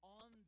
on